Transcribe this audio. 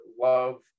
love